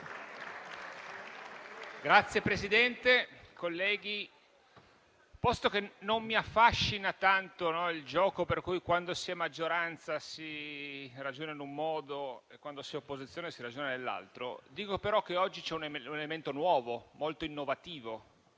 Signor Presidente, colleghi, posto che non mi affascina tanto il gioco per cui, quando si è maggioranza, si ragiona in un modo e, quando si è opposizione, si ragiona in un altro, dico che oggi c'è però un elemento nuovo, molto innovativo,